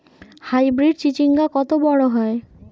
Hybrid চিচিংঙ্গা কত বড় হয়?